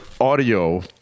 audio